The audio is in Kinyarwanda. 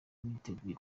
niteguye